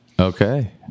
Okay